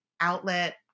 outlet